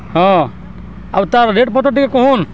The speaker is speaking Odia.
ହଁ ଆଉ ତାର୍ ରେଟ୍ ପତର୍ ଟିକେ କୁହନ୍